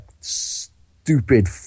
stupid